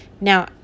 Now